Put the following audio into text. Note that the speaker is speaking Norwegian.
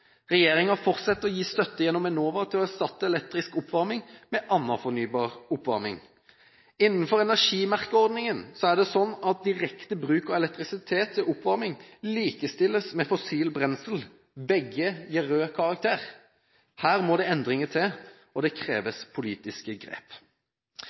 fortsetter å gi støtte gjennom Enova til å erstatte elektrisk oppvarming med annen fornybar oppvarming. Innenfor energimerkeordningen er det slik at direkte bruk av elektrisitet til oppvarming likestilles med fossilt brensel – begge gir rød karakter. Her må det endringer til – det